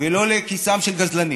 ולא לכיסם של גזלנים.